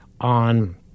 on